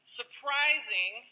surprising